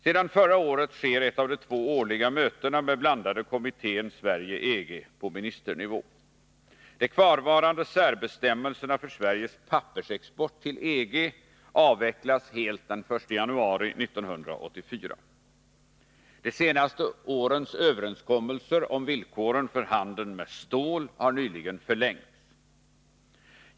Sedan förra året sker ett av de två årliga mötena med blandade kommittén Sverige-EG på ministernivå. De kvarvarande särbestämmelserna för Sveriges pappersexport till EG avvecklas helt den 1 januari 1984. De senaste årens överenskommelser om villkoren för handeln med stål har nyligen förlängts.